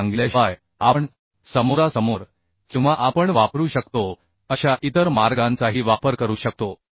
हे सांगितल्याशिवाय आपण समोरासमोर किंवा आपण वापरू शकतो अशा इतर मार्गांचाही वापर करू शकतो